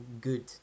good